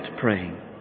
praying